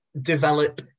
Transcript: develop